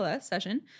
session